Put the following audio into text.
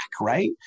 right